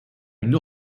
une